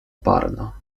parna